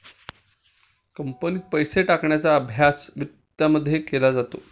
कंपनीत पैसे टाकण्याचा अभ्यास वित्तमध्ये केला जातो